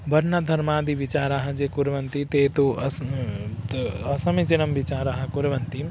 वर्णधर्मादि विचाराः ये कुर्वन्ति ते तु अस् त असमीचीनं विचाराः कुर्वन्ति